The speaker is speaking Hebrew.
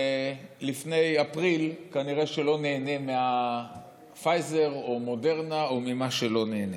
שלפני אפריל כנראה שלא ניהנה מהפייזר או ממודרנה או ממה שלא ניהנה.